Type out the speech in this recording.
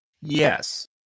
Yes